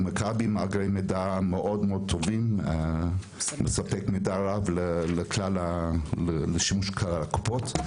ומכבי עם מאגרי מידע מאוד טובים מספק מידע רב לשימוש כלל הקופות.